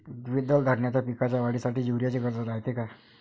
द्विदल धान्याच्या पिकाच्या वाढीसाठी यूरिया ची गरज रायते का?